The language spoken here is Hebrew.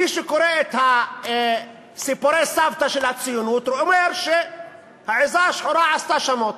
מי שקורא את סיפורי הסבתא של הציונות אומר שהעזה השחורה עשתה שמות.